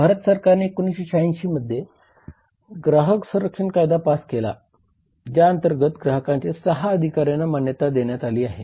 भारत सरकारने 1986 मध्ये ग्राहक संरक्षण कायदा पास केला ज्या अंतर्गत ग्राहकांच्या 6 अधिकारांना मान्यता देण्यात आली आहे